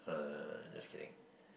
uh just kidding